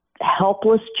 helpless